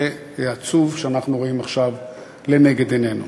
העצוב שאנחנו רואים עכשיו לנגד עינינו.